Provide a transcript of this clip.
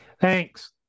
Thanks